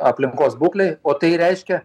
aplinkos būklei o tai reiškia